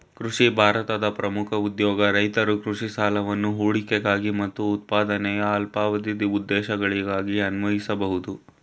ಕೃಷಿ ಭಾರತದ ಪ್ರಮುಖ ಉದ್ಯೋಗ ರೈತರು ಕೃಷಿ ಸಾಲವನ್ನು ಹೂಡಿಕೆಗಾಗಿ ಮತ್ತು ಉತ್ಪಾದನೆಯ ಅಲ್ಪಾವಧಿ ಉದ್ದೇಶಗಳಿಗಾಗಿ ಅನ್ವಯಿಸ್ಬೋದು